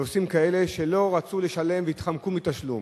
נוסעים כאלה שלא רצו לשלם והתחמקו מתשלום.